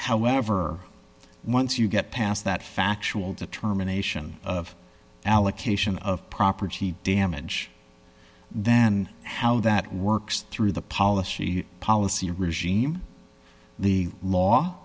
however once you get past that factual determination of allocation of property damage then how that works through the policy policy regime the law